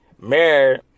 married